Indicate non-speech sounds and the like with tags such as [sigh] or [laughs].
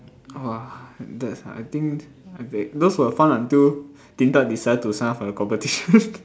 !wah! that's I think they those were fun until Din-Tat decided to sign up for the competition [laughs]